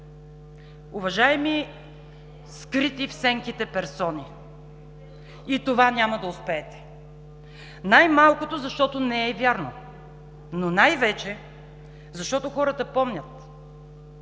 Уважаеми скрити в сенките персони, и в това няма да успеете – най-малкото, защото не е вярно, но най-вече, защото хората помнят.